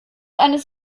eines